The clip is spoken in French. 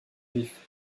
vif